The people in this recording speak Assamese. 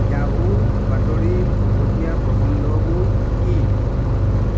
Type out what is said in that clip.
য়াহু বাতৰিৰ শেহতীয়া প্ৰবন্ধবোৰ কি